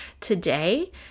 today